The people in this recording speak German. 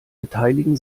beteiligen